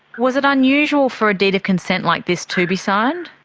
was it unusual for a deed of consent like this to be signed?